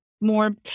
more